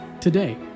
today